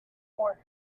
four